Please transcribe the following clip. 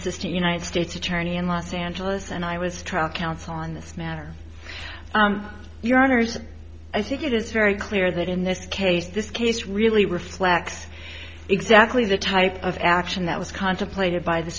assistant united states attorney in los angeles and i was trial counsel on this matter your honors i think it is very clear that in this case this case really reflects exactly the type of action that was contemplated by the